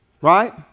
right